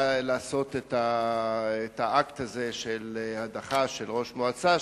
לעשות את האקט הזה של הדחה של ראש מועצה?